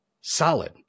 solid